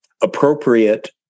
appropriate